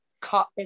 cut